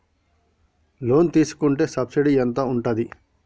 Loan తీసుకుంటే subsidy ఎంత ఉంటది?